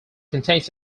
contains